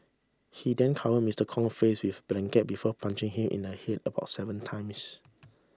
he then covered Mister Kong face with blanket before punching him in the head about seven times